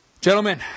gentlemen